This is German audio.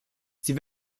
sie